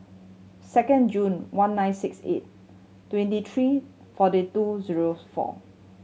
second June one nine six eight twenty three forty two zero four